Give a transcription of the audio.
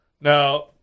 Now